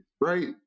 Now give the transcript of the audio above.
right